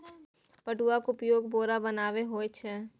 पटुआक उपयोग बोरा बनेबामे होए छै